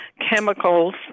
chemicals